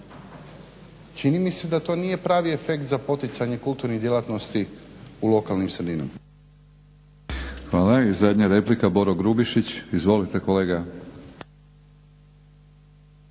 Čini mi se da to nije pravi efekt za poticanje kulturnih djelatnosti u lokalnim sredinama. **Batinić, Milorad (HNS)** Hvala. I zadnja replika Boro Grubišić. Izvolite kolega.